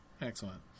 excellent